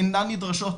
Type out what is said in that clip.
אינן נדרשות,